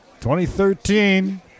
2013